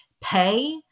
pay